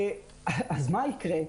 מה יקרה?